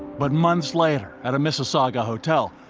but months later at a mississauga hotel,